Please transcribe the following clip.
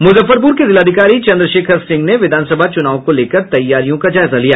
मुजफ्फरपुर के जिलाधिकारी चंद्रशेखर सिंह ने विधानसभा चुनाव को लेकर तैयारियों का जायजा लिया